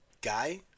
guy